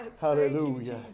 Hallelujah